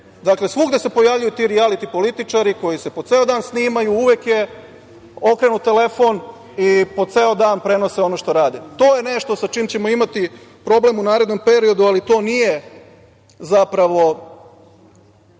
dakle, svugde se pojavljuju ti rijaliti političari koji se po ceo dan snimaju. Uvek je okrenut telefon i po ceo dan prenose ono što rade. To je nešto sa čim ćemo imati problem u narednom periodu, ali to nije predmet